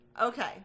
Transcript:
Okay